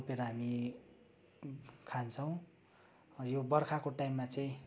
रोपेर हामी खान्छौँ यो बर्खाको टाइममा चाहिँ